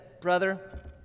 brother